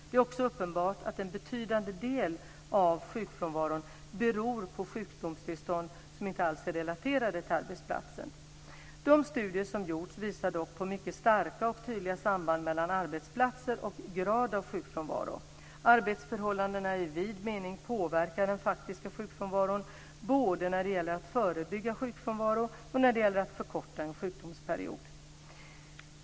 Det är också uppenbart att en betydande del av sjukfrånvaron beror på sjukdomstillstånd som inte alls är relaterade till arbetsplatsen. De studier som gjorts visar dock på mycket starka och tydliga samband mellan arbetsplatser och grad av sjukfrånvaro. Arbetsförhållandena i vid mening påverkar den faktiska sjukfrånvaron både när det gäller att förebygga sjukfrånvaro och när det gäller att förkorta en sjukdomsperiod.